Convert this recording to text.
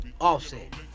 offset